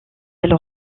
elle